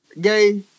gay